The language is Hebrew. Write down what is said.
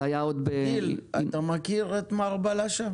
גיל, אתה מכיר את מר בלשה?